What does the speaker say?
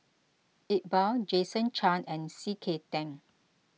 Iqbal Jason Chan and C K Tang